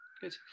Good